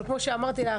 אבל כמו שאמרתי לך,